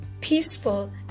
peaceful